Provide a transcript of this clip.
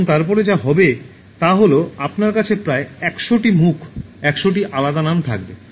এবং তারপরে যা হবে তা হল আপনার কাছে প্রায় 100 টি মুখ 100 টি আলাদা নাম থাকবে